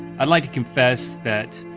i'd like to confess that